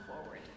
forward